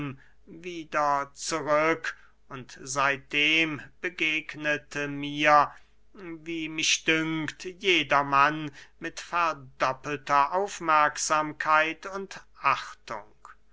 wieder zurück und seitdem begegnet mir wie mich dünkt jedermann mit verdoppelter aufmerksamkeit und achtung